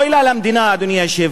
אוי לה למדינה, אדוני היושב-ראש,